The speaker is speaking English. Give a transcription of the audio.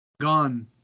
Gone